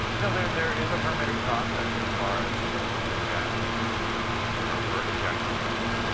no, there there is a permitting process as far as drilling oil and gas wells or for injection wells.